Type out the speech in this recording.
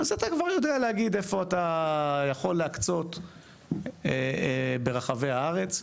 אז אתה כבר יודע להגיד איפה אתה יכול להקצות ברחבי הארץ.